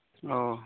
ᱳ